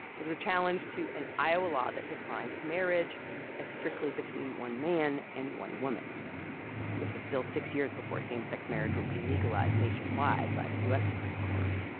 it was a challenge to an iowa law that defined marriage as strictly between one man and one woman this was still six years before same-sex marriage would be legalized nationwide by the u s. supreme court.